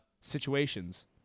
situations